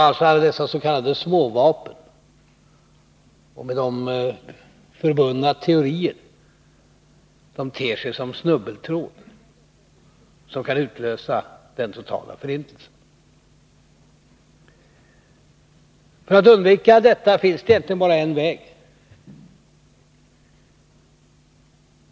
Alla dessa s.k. småvapen och med dem förbundna teorier ter sig som snubbeltråd, som kan utlösa den totala förintelsen. För att undvika detta finns egentligen bara en väg.